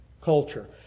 culture